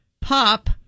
pop